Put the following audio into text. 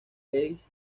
east